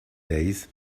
days